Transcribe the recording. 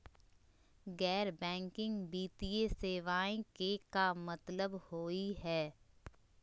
गैर बैंकिंग वित्तीय सेवाएं के का मतलब होई हे?